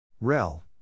Rel